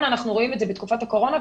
אנחנו רואים את זה בתקופת הקורונה,